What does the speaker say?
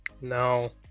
No